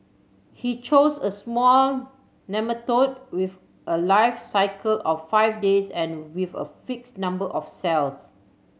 he chose a small nematode with a life cycle of five days and with a fixed number of cells